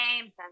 names